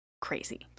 crazy